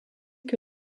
que